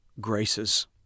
graces